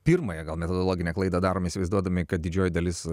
pirmąją gal metodologinę klaidą darome įsivaizduodami kad didžioji dalis